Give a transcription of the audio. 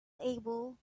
able